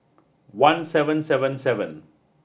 one seven seven seven